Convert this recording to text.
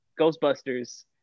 Ghostbusters